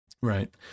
Right